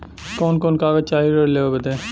कवन कवन कागज चाही ऋण लेवे बदे?